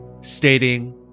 stating